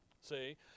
see